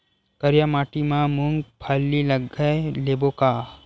करिया माटी मा मूंग फल्ली लगय लेबों का?